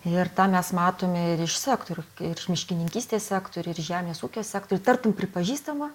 ir tą mes matom ir iš sektorių ir iš miškininkystės sektoriuj ir žemės ūkio sektoriuj tartum pripažįstama